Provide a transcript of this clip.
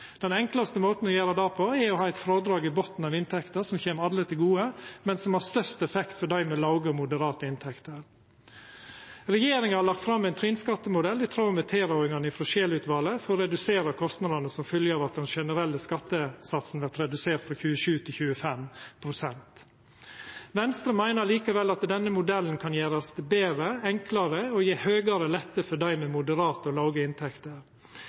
Den enklaste måten å gjera det på er å ha eit frådrag i botnen av inntekta som kjem alle til gode, men som har størst effekt for dei med låge og moderate inntekter. Regjeringa har lagt fram ein trinnskattemodell i tråd med tilrådingane frå Scheel-utvalet for å redusera kostnadene som følgjer av at den generelle skattesatsen vert redusert frå 27 til 25 pst. Venstre meiner likevel at denne modellen kan gjerast betre og enklare og gje høgare lettar for dei med moderate og låge inntekter.